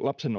lapsen